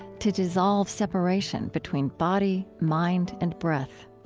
to dissolve separation between body, mind, and breath.